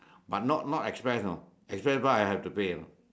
but not not express know express bus I have to pay